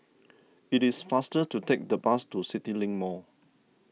it is faster to take the bus to CityLink Mall